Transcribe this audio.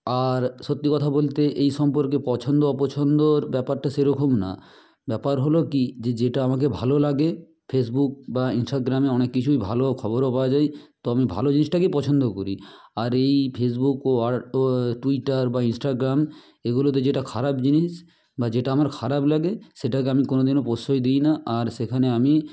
আর সত্যি কথা বলতে এই সম্পর্কে পছন্দ অপছন্দর ব্যাপারটা সেরকম না ব্যাপার হলো কী যে যেটা আমাকে ভালো লাগে ফেসবুক বা ইন্সটাগ্রামে অনেক কিছুই ভালো খবরও পাওয়া যায় তো আমি ভালো জিনিসটাকে পছন্দ করি আর এই ফেসবুক ও আর টুইটার বা ইন্সটাগ্রাম এগুলোতে যেটা খারাপ জিনিস বা যেটা আমার খারাপ লাগে সেটাকে আমি কোনও দিনও প্রশ্রয় দিই না আর সেখানে আমি